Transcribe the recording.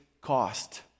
cost